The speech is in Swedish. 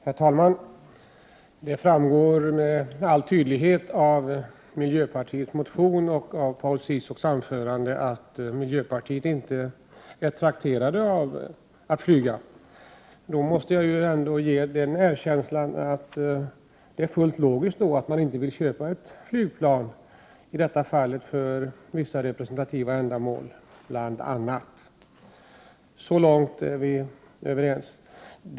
Herr talman! Det framgår med all tydlighet av miljöpartiets motion och av Paul Ciszuks anförande att miljöpartiet inte är trakterat av att flyga. Jag måste ge det erkännandet att det är fullt logiskt att man i detta fall inte vill köpa ett flygplan för bl.a. vissa representativa ändamål. Så långt är vi överens.